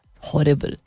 horrible